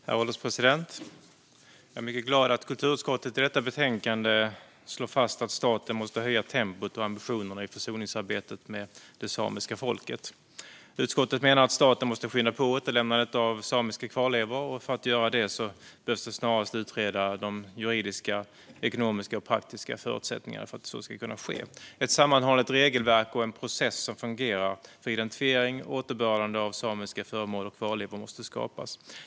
Herr ålderspresident! Jag är mycket glad att kulturutskottet i detta betänkande slår fast att staten måste höja tempot och ambitionerna i försoningsarbetet med det samiska folket. Utskottet menar att staten måste skynda på återlämnandet av samiska kvarlevor, och för att göra det behöver man snarast utreda de juridiska, ekonomiska och praktiska förutsättningarna för att så ska kunna ske. Ett sammanhållet regelverk och en process som fungerar för identifiering och återbördande av samiska föremål och kvarlevor måste skapas.